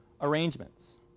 arrangements